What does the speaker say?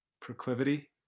proclivity